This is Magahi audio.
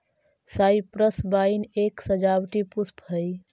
साइप्रस वाइन एक सजावटी पुष्प हई